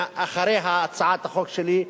אחרי הצעת החוק שלי,